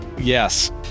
Yes